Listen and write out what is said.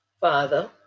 father